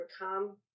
overcome